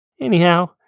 Anyhow